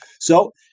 So-